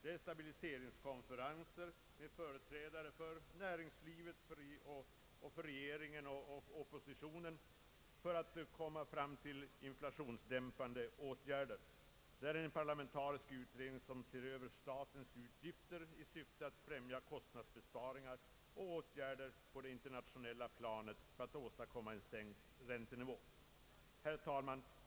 Det är stabiliseringskonferenser med företrädare för näringslivet, regeringen och oppositionen för att komma fram till inflationsdämpande åtgärder. Det är en parlamentarisk utredning som ser över statens utgifter i syfte att främja kostnadsbesparingar, och det är åtgärder på det internationella planet för att åstadkomma en sänkt räntenivå. Herr talman!